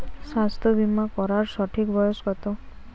স্বাস্থ্য বীমা করার সঠিক বয়স কত?